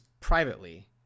privately